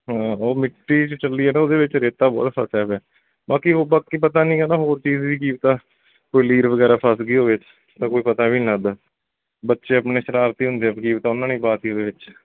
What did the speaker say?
ਹਾਂ ਉਹ ਮਿੱਟੀ 'ਚ ਚੱਲੀ ਆ ਉਹਦੇ ਵਿੱਚ ਰੇਤਾਂ ਬਹੁਤ ਫਸਿਆ ਪਿਆ ਬਾਕੀ ਉਹ ਬਾਕੀ ਪਤਾ ਨਿਗਾ ਨਾ ਹੋਰ ਚੀਜ਼ ਵੀ ਕੀ ਪਤਾ ਕੋਈ ਲੀਰ ਵਗੈਰਾ ਫਸ ਗਈ ਹੋਵੇ ਤਾਂ ਕੋਈ ਪਤਾ ਵੀ ਨਹੀਂ ਲੱਗਦਾ ਬੱਚੇ ਆਪਣੇ ਸ਼ਰਾਰਤੀ ਹੁੰਦੇ ਆ ਕੀ ਪਤਾ ਉਹਨਾਂ ਨੇ ਹੀ ਪਾ ਤੀ ਹੋਵੇ ਵਿੱਚ